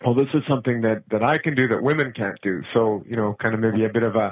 but this is something that that i can do that women can't do. so, you know, kind of maybe a bit of, of,